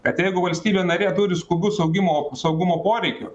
kad jeigu valstybė narė turi skubus augimo saugumo poreikių